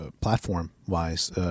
platform-wise